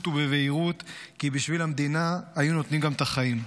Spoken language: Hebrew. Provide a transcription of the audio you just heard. ובבהירות כי בשביל המדינה היו נותנים גם את החיים.